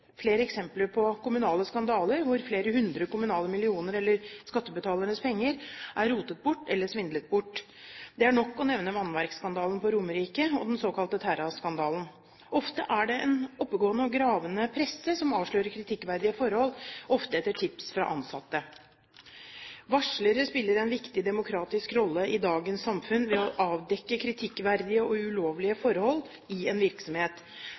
flere eksempler på kommunale skandaler hvor flere hundre kommunale millioner – eller skattebetalernes penger – er rotet bort eller svindlet bort. Det er nok å nevne vannverksskandalen på Romerike og den såkalte Terra-skandalen. Ofte er det en oppegående og gravende presse som avslører kritikkverdige forhold, ofte etter tips fra ansatte. Varslere spiller en viktig demokratisk rolle i dagens samfunn ved å avdekke kritikkverdige og ulovlige forhold i en virksomhet.